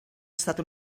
estat